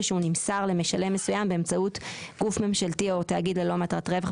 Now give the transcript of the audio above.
ושהוא נמסר למשלם מסוים באמצעות גוף ממשלתי או תאגיד ללא מטרות רווח,